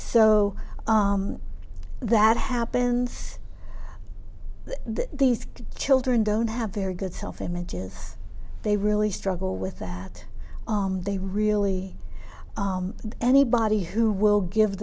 so that happens these children don't have very good self image is they really struggle with that they really anybody who will give